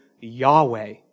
Yahweh